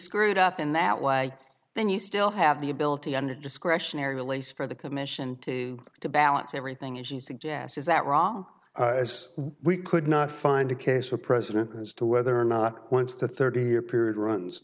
screwed up in that way then you still have the ability under discretionary release for the commission to to balance everything as you suggest is that wrong as we could not find a case for president as to whether or not once the thirty year period runs